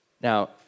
Now